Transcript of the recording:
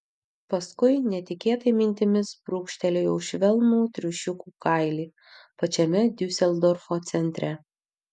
paskui netikėtai mintimis brūkštelėjau švelnų triušiukų kailį pačiame diuseldorfo centre